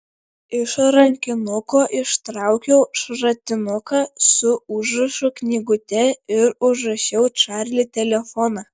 iš rankinuko ištraukiau šratinuką su užrašų knygute ir užrašiau čarli telefoną